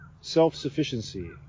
self-sufficiency